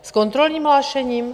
S kontrolním hlášením?